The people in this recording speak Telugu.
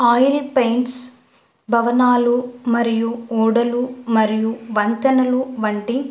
ఆయిల్ పెయింట్స్ భవనాలు మరియు ఓడలు మరియు వంతెనలు వంటి